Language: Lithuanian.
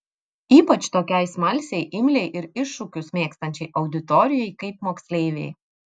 ypač tokiai smalsiai imliai ir iššūkius mėgstančiai auditorijai kaip moksleiviai